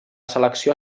selecció